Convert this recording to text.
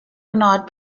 bernard